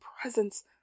presence